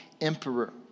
emperor